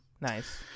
Nice